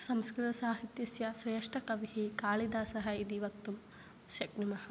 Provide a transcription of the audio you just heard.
संस्कृतसाहित्यस्य श्रेष्ठकविः कालिदासः इति वक्तुं शक्नुमः